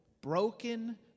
broken